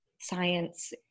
science